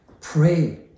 Pray